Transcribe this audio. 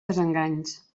desenganys